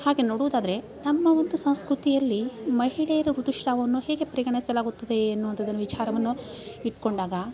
ಹಾಗೆ ನೋಡುವುದಾದರೆ ನಮ್ಮ ಒಂದು ಸಂಸ್ಕೃತಿಯಲ್ಲಿ ಮಹಿಳೆಯರ ಋತುಸ್ರಾವವನ್ನು ಹೇಗೆ ಪರಿಗಣಿಸಲಾಗುತ್ತದೆ ಎನ್ನುವಂಥದನ್ ವಿಚಾರವನ್ನು ಇಟ್ಕೊಂಡಾಗ